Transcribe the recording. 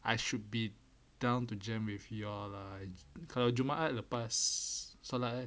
I should be down to jam with you all lah kalau jumaat lepas solat